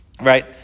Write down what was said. Right